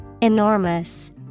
Enormous